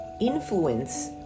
influence